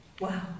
wow